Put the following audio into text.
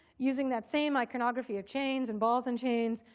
using that same iconography of chains, and balls and chains,